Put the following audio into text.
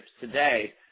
today